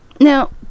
now